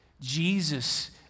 Jesus